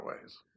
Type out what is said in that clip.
ways